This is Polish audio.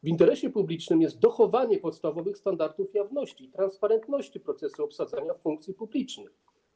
W interesie publicznym jest dochowanie podstawowych standardów jawności i transparentności procesu obsadzania funkcji publicznych.